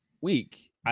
week